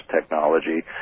technology